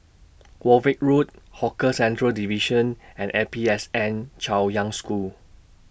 Warwick Road Hawker Centres Division and A P S N Chaoyang School